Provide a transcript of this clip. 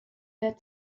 der